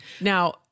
Now